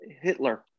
Hitler